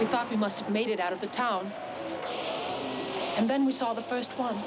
he thought he must made it out of the town and then we saw the first one